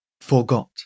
Forgot